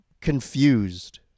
confused